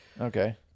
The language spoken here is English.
Okay